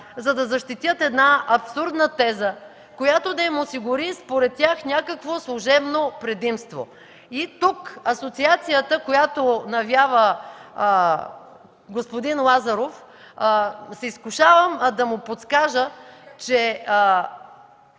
за да защитят една абсурдна теза, която да им осигури, според тях, някакво служебно предимство. И тук асоциацията, която навява господин Лазаров, изкушавам се да му подскажа, че